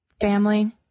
family